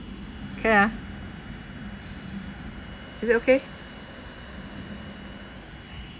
K ah is it okay